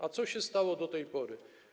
A co się stało do tej pory?